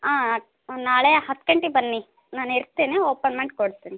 ಹಾಂ ನಾಳೆ ಹತ್ತು ಗಂಟೆಗೆ ಬನ್ನಿ ನಾನಿರ್ತೇನೆ ಓಪನ್ ಮಾಡ್ಕೊಡ್ತೇನೆ